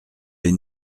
les